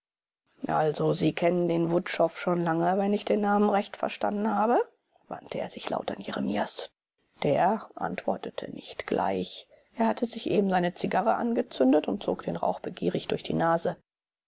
also sie kennen den wutschow schon lange wenn ich den namen recht verstanden habe wandte er sich laut an jeremias der antwortete nicht gleich er hatte sich eben seine zigarre angezündet und zog den rauch begierig durch die nase